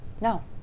No